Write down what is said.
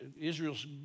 Israel's